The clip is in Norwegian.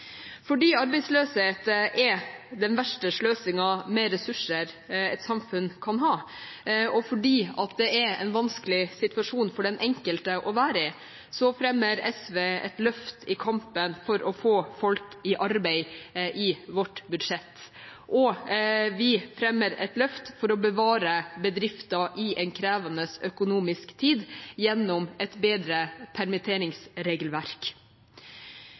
Fordi arbeidsløshet er den verste sløsingen med ressurser et samfunn kan ha, og fordi dette er en vanskelig situasjon for den enkelte å være i, fremmer SV i vårt budsjett et løft i kampen for å få folk i arbeid. Vi fremmer også et løft for å bevare bedrifter i en krevende økonomisk tid gjennom et bedre permitteringsregelverk,